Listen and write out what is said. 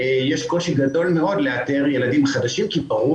יש קושי גדול מאוד לאתר ילדים חדשים כי ברור